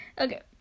Okay